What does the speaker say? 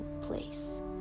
place